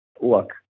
look